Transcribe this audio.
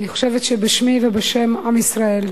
אני חושבת שבשמי ובשם עם ישראל,